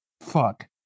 fuck